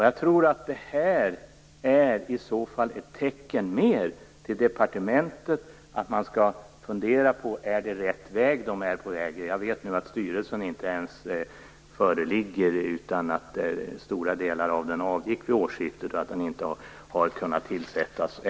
Jag tror att detta är ett tecken på att departementet skall fundera på om myndigheten är på rätt väg. Jag vet att det inte ens föreligger någon styrelse. Stora delar av styrelsen avgick vid årsskiftet. Det har inte kunnat tillsättas någon ny.